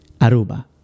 Aruba